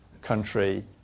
country